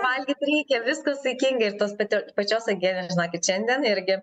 valgyt reikia viską saikingai ir tos pat pačios uogienės žinokit šiandien irgi